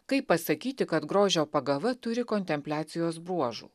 kaip pasakyti kad grožio pagava turi kontempliacijos bruožų